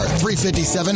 357